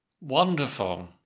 Wonderful